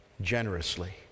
generously